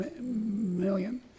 million